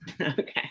Okay